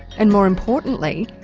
and more importantly,